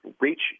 reach